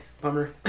bummer